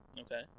Okay